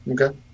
okay